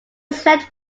slept